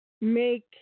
make